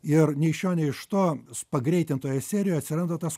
ir nei iš šio nei iš to pagreitintoje serijoje atsirado tas